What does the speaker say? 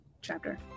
chapter